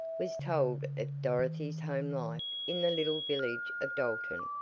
was told of dorothy's home life in the little village of dalton.